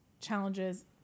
challenges